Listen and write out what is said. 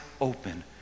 open